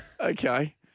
Okay